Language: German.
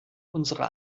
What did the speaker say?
unsere